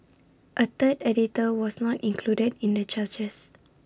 A third editor was not included in the charges